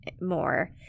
more